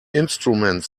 instrument